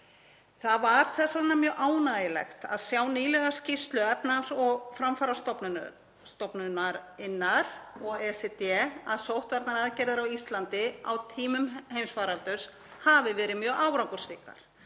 Það var þess vegna mjög ánægjulegt að sjá í nýlegri skýrslu Efnahags- og framfarastofnunarinnar, OECD, að sóttvarnaaðgerðir á Íslandi á tímum heimsfaraldurs hafi verið mjög árangursríkar.